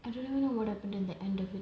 I don't even know what happened in the end of it